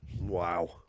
Wow